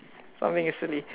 something silly